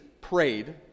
prayed